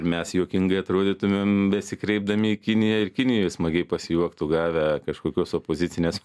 mes juokingai atrodytumėm besikreipdami į kiniją ir kinijoj smagiai pasijuoktų gavę kažkokios opozicinės